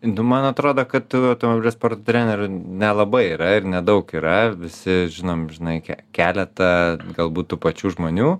nu man atrodo kad t automobilių sporto trenerių nelabai yra ir nedaug yra visi žinom žinai ke keletą galbūt tų pačių žmonių